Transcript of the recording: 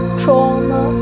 trauma